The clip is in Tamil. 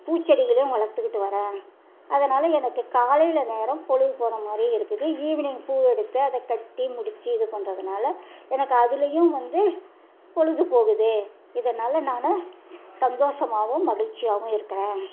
பூ செடிகளையும் வளர்த்துக்கிட்டு வரன் அதனால் எனக்கு காலையில நேரம் பொழுது போகற மாதிரி இருக்குது ஈவினிங் பூ எடுத்து அதை கட்டி முடிச்சு இது பண்ணுறதுனால எனக்கு அதுலையும் வந்து பொழுது போகுது இதனால் நான் சந்தோஷமாகவும் மகிழ்ச்சியாகவும் இருக்கிறேன்